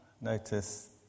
notice